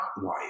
white